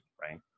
right